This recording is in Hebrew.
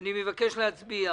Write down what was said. אני מבקש להצביע